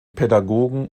pädagogen